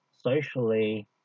socially